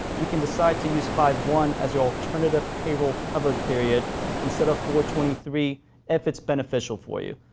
you can decide to use five one as your alternative payroll covered period instead of four twenty three if it's beneficial for you.